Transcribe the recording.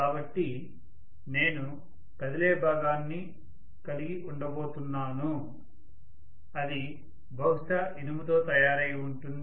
కాబట్టి నేను కదిలే భాగాన్ని కలిగి ఉండబోతున్నాను అది బహుశా ఇనుముతో తయారయి ఉంటుంది